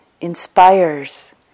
inspires